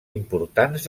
importants